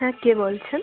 হ্যাঁ কে বলছেন